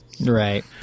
Right